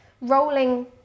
rolling